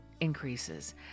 increases